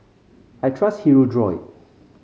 I trust Hirudoid